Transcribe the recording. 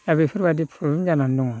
दा बेफोरबादि प्रब्लेम जानानै दङ